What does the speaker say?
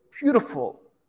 beautiful